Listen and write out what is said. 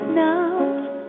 now